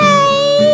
Hey